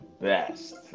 best